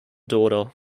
daughter